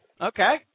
Okay